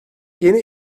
yeni